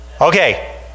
okay